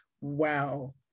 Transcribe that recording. Wow